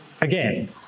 again